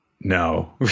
no